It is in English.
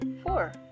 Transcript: Four